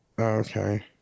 Okay